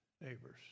neighbors